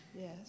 Yes